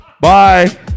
Bye